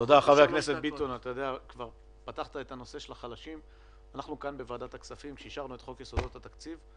כשאישרנו כאן את חוק יסודות התקציב,